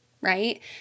right